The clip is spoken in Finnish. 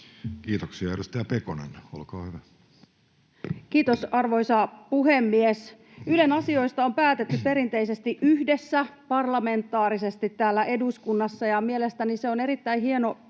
Kiitoksia. — Edustaja Pekonen, olkaa hyvä. Kiitos, arvoisa puhemies! Ylen asioista on päätetty perinteisesti yhdessä parlamentaarisesti täällä eduskunnassa, ja mielestäni se on erittäin hieno